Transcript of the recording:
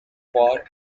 for